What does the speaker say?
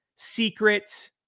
Secret